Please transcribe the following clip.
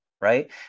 Right